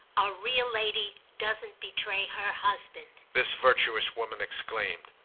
a real lady doesn't betray her husband! this virtuous woman exclaimed.